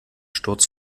sturz